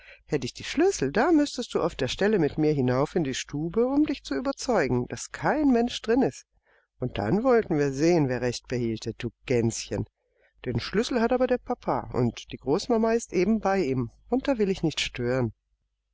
hätt ich den schlüssel da müßtest du auf der stelle mit mir hinauf in die stube um dich zu überzeugen daß kein mensch drin ist und dann wollten wir sehen wer recht behielte du gänschen den schlüssel hat aber der papa und die großmama ist eben bei ihm und da will ich nicht stören